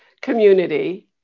community